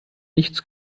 nichts